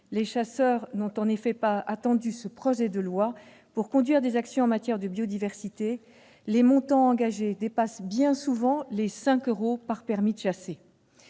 Les chasseurs n'ont en effet pas attendu ce projetde loi pour conduire des actions en matière de biodiversité, et les montants engagés dépassent bien souvent les 5 euros par permis de chasser.